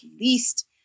least